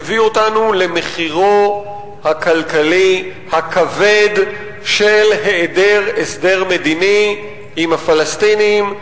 מביא אותנו למחירו הכלכלי הכבד של היעדר הסדר מדיני עם הפלסטינים,